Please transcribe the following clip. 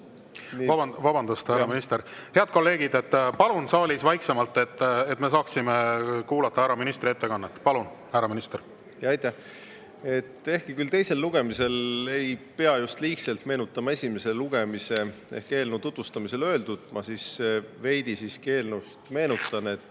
Vabandust, härra minister! Head kolleegid, palun saalis vaiksemalt, et me saaksime kuulata härra ministri ettekannet! Palun, härra minister! Aitäh! Ehkki teisel lugemisel ei pea liigselt meenutama esimesel lugemisel ehk eelnõu tutvustamisel öeldut, ma siiski veidi meenutan